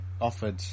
offered